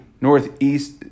northeast